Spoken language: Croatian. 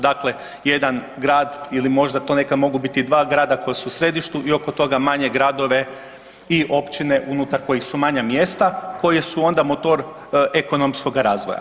Dakle, jedan grad ili možda to nekad mogu biti 2 grada koja su u središtu i oko toga manje gradove i općine unutar kojih su manja mjesta koji su onda motor ekonomskoga razvoja.